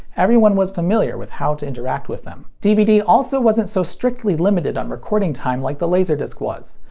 everyone was familiar with how to interact with them. dvd also wasn't so strictly limited on recording time like the laserdisc was.